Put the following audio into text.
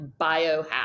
biohack